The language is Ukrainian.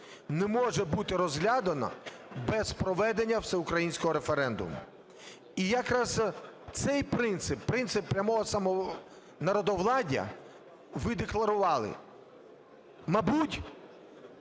не може бути розглянуто без проведення всеукраїнського референдуму. І якраз цей принцип, принцип прямого саме народовладдя ви декларували, мабуть,